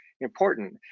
important